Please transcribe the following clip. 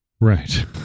Right